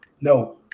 no